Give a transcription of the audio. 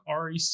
REC